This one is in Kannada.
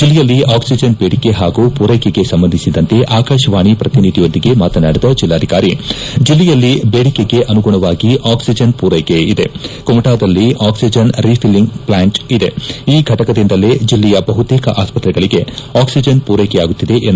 ಜಿಲ್ಲೆಯಲ್ಲಿ ಆಕ್ಸಿಜನ್ ಬೇಡಿಕೆ ಹಾಗೂ ಪೂರ್ವೆಕೆಗೆ ಸಂಬಂಧಿಸಿದಂತೆ ಆಕಾಶವಾಣಿ ಪ್ರತಿನಿಧಿಯೊಂದಿಗೆ ಮಾತನಾಡಿದ ಜಿಲ್ಲಾಧಿಕಾರಿ ಜಿಲ್ಲೆಯಲ್ಲಿ ಬೇಡಿಕೆಗನುಗುಣವಾಗಿ ಆಕ್ಸಿಜನ್ ಪೂರೈಕೆ ಇದೆಕುಮಟಾದಲ್ಲಿ ಆಕ್ಸಿಜನ್ ರಿಫಿಲ್ಲಿಂಗ್ ಈ ಫಟಕದಿಂದಲೇ ಜಿಲ್ಲೆಯ ಬಹುತೇಕ ಅಸ್ಪತ್ರೆಗಳಿಗೆ ಅಕ್ಸಿಜನ್ ಪೂರೈಕೆಯಾಗುತ್ತಿದೆ ಎಂದು